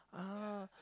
ah